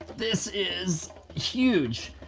this is huge.